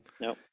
No